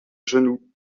genou